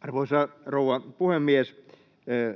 Arvoisa rouva puhemies!